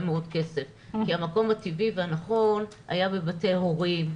מאוד כסף כי המקום הטבעי והנכון היה בבתי הורים,